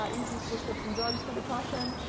um increased prescription drugs for depression.